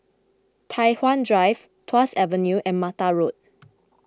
Tai Hwan Drive Tuas Avenue and Mata Road